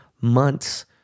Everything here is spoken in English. months